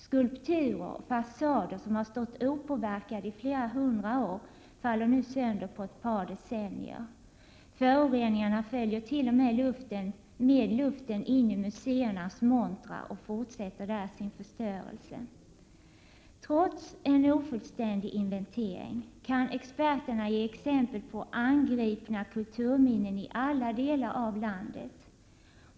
Skulpturer som stått opåverkade i flera hundra år faller nu sönder på ett par decennier. Föroreningarna följer t.o.m. med luften in i museernas montrar och fortsätter där sin förstörelse. Trots en ofullständig inventering kan experterna ge exempel på angripna kulturminnen i alla delar av landet.